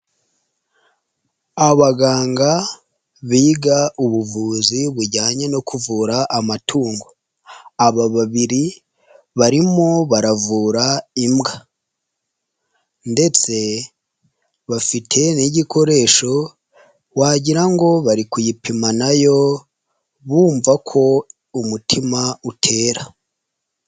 Abaganga biga ubuvuzi bujyanye no kuvura amatungo, aba babiri barimo baravura imbwa ndetse bafite n'igikoresho wagira ngo bari kuyipima na yo bumva ko umutima utera.